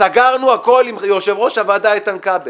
סגרנו הכול עם יושב-ראש הוועדה איתן כבל,